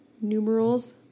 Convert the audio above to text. numerals